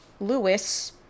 Lewis